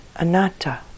anatta